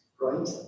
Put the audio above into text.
Right